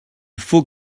faut